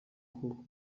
kuko